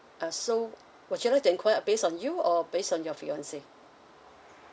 uh so would you like to enquire uh based on you or based on your fiance